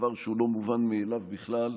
דבר שהוא לא מובן מאליו בכלל,